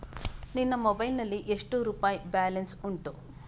ನಿನ್ನ ಮೊಬೈಲ್ ನಲ್ಲಿ ಎಷ್ಟು ರುಪಾಯಿ ಬ್ಯಾಲೆನ್ಸ್ ಉಂಟು?